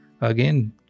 again